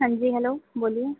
ہاں جی ہیلو بولیے